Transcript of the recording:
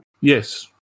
Yes